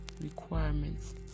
requirements